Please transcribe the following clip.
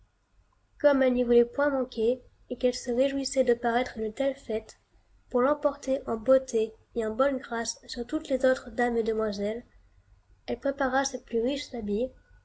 comme elle n'y voulait point manquer et qu'elle se réjouissait de paraître à une telle fête pour l'emporter en beauté et en bonne grâce sur toutes les autres dames et demoiselles elle prépara ses plus riches